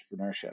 entrepreneurship